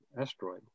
asteroid